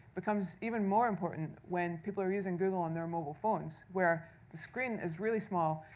becomes even more important when people are using google on their mobile phones, where the screen is really small,